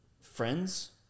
friends